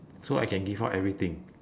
so I can give up everything